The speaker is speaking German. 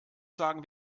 sagen